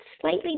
slightly